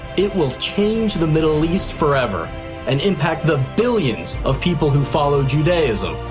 it will change the middle east forever and impact the billions of people who follow judaism,